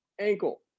ankle